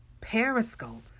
Periscope